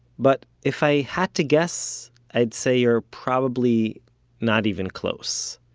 but if i had to guess, i'd say you're probably not even close.